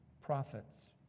prophets